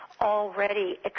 already